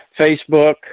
Facebook